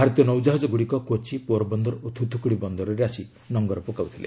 ଭାରତୀୟ ନୌଜାହାଜ ଗୁଡ଼ିକ କୋଚି ପୋରବନ୍ଦର ଓ ଥୁଥୁକୁଡି ବନ୍ଦରରେ ଆସି ନଙ୍ଗର ପକାଇଥିଲେ